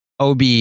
OB